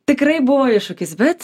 tikrai buvo iššūkis bet